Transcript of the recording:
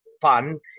fun